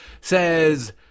says